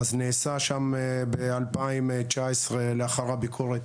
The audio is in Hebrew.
נעשה שם ב-2019 לאחר הביקורת,